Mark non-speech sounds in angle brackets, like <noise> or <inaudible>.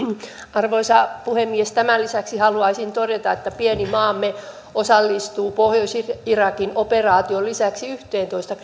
arvoisa puhemies tämän lisäksi haluaisin todeta että pieni maamme osallistuu pohjois irakin operaation lisäksi yhteentoista <unintelligible>